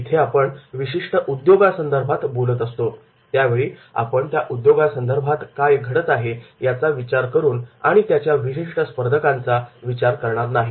इथे आपण विशिष्ट उद्योगा संदर्भात बोलत असतो त्यावेळी आपण त्या उद्योगात संदर्भात काय घडत आहे याचा विचार करून आणि त्याच्या विशिष्ट स्पर्धकांचा विचार करणार नाही